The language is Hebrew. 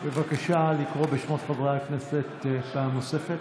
בבקשה לקרוא בשמות חברי הכנסת פעם נוספת.